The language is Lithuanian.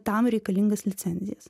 tam reikalingas licencijas